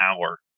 hour